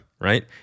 right